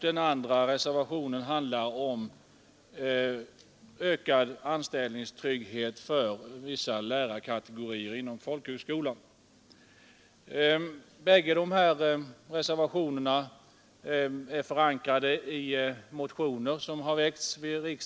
Den andra reservationen handlar om ökad anställningstrygghet för vissa lärarkategorier inom folkhögskolan. Dessa reservationer är förankrade i motioner som har väckts.